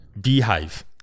Beehive